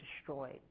destroyed